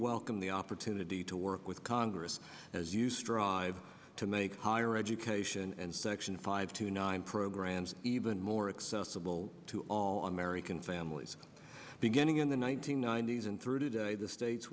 welcome the opportunity to work with congress as you strive to make higher education and section five to nine programs even more accessible to all american families beginning in the one nine hundred ninety s and through today the states